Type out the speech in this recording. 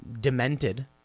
demented